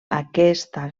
aquesta